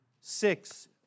six